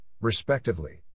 respectively